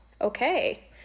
Okay